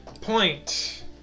Point